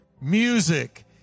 music